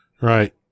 Right